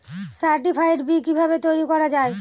Certified বি কিভাবে তৈরি করা যায়?